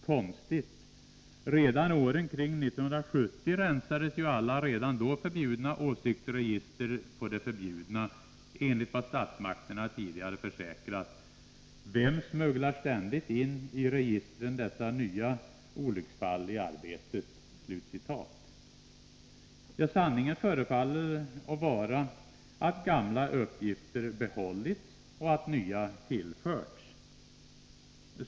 Konstigt, redan åren kring 1970 rensades ju alla redan då förbjudna åsiktsregister på det förbjudna, enligt vad statsmakterna tidigare försäkrat. Vem smugglar ständigt in i registren dessa nya olycksfall i arbetet?” Sanningen förefaller vara att gamla uppgifter behållits och nya tillförts.